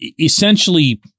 essentially